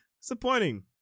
disappointing